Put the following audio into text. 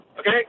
Okay